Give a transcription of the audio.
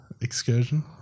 excursion